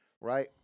right